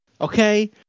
okay